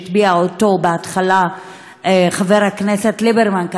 שהטביע אותו בהתחלה חבר הכנסת ליברמן,